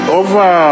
over